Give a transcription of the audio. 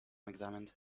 examined